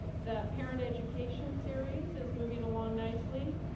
the parent education series is moving along nicely.